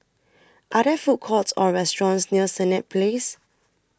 Are There Food Courts Or restaurants near Senett Place